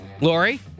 Lori